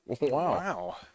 Wow